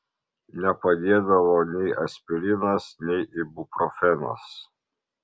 nepadėdavo nei aspirinas nei ibuprofenas